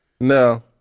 No